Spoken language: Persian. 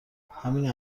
همین